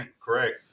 correct